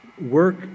work